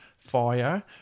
fire